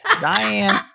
Diane